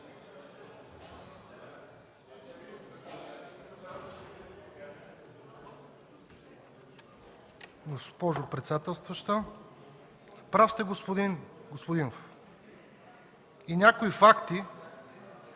Госпожо председателстваща! Прав сте, господин Господинов. Някои факти...